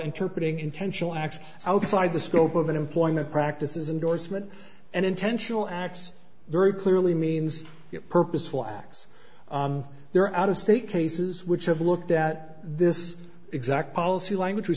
interpreting intentional acts outside the scope of an employment practices indorsement and intentional acts very clearly means purposeful acts there are out of state cases which have looked at this exact policy language w